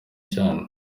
cyane